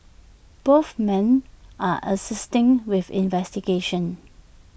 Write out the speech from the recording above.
both men are assisting with investigations